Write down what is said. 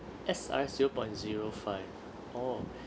S_R_S zero point zero five oh